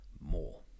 more